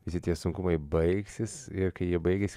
visi tie sunkumai baigsis ir kai jie baigiasi